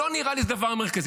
לא נראה לי שזה הדבר המרכזי.